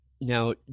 Now